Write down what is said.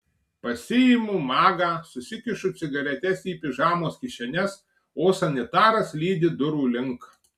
pasiimu magą susikišu cigaretes į pižamos kišenes o sanitaras lydi durų link